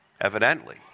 Evidently